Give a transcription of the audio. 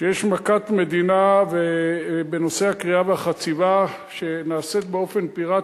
שיש מכת מדינה בנושא הכרייה והחציבה שנעשות באופן פיראטי,